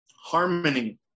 harmony